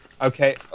okay